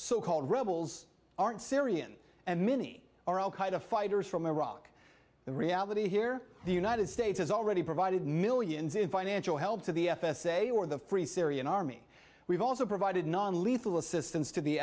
so called rebels aren't syrian and many are al qaeda fighters from iraq the reality here the united states has already provided millions in financial help to the f s a or the free syrian army we've also provided non lethal assistance to